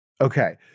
Okay